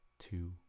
two